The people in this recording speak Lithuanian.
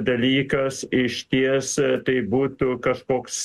dalykas išties tai būtų kažkoks